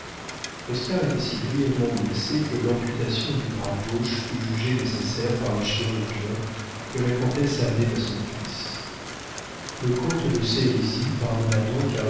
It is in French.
était si grièvement blessé que l'amputation du bras gauche fut jugée nécessaire par le chirurgien que la comtesse amenait à son fils le comte de sérisy pardonna